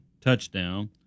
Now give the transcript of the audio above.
touchdown